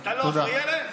אתה לא אחראי עליהם?